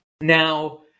Now